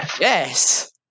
Yes